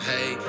Hey